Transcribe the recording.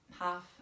half